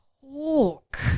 talk